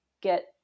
get